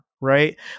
Right